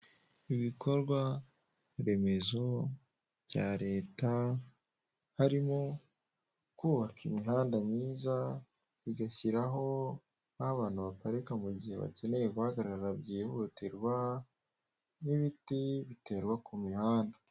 Ibikorwaremezo bya leta, harimo kubaka imihanda myiza, bigashyiraho aho abantu baparika mu gihe bakeneye guhagarara byihutirwa, n'ibiti biterwa ku mihanda.